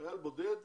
חייל בודד